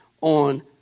on